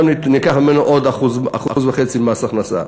גם ניקח ממנו עוד 1.5% מס הכנסה.